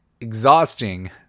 exhausting